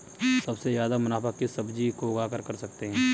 सबसे ज्यादा मुनाफा किस सब्जी को उगाकर कर सकते हैं?